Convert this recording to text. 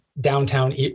downtown